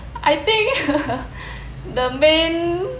I think the main